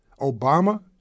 Obama